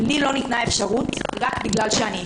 לי לא ניתנה אפשרות רק בגלל שאני אישה.